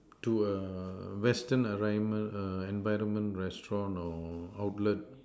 to a Western environment err environment restaurant or outlet